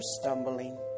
stumbling